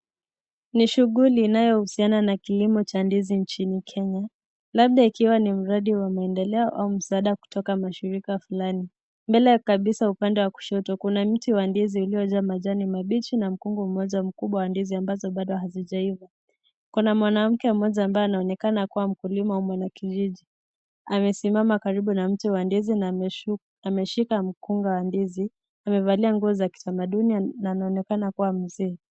NI shughuli inayohusiana na kilimo cha ndizi nchini Kenya labda ikiwa ni mradi wa maendeleo au msaada kutoka mashirika fulani. Mbele kabisa upande wa kushoto kuna miti wa ndizi uliojaa majani mabichi na mkungu moja wa ndizi ambazo bado hazijaiva . Kuna mwanamke mmoja ambaye anaonekana kuwa mkulima au mwenye kijiji, amesimama karibu na mti wa ndizi na ameshika mkunga wa ndizi , amevalia nguo za kitamaduni na anaonekana kuwa Mzee.